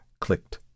clicked